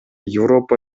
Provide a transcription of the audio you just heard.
европа